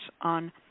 on